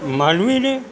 માનવીને